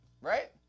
right